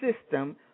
system